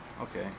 Okay